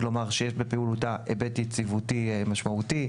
כלומר שיש בפעילותה היבט יציבותי משמעותי.